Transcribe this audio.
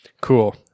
Cool